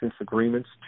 agreements